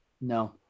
No